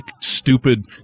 stupid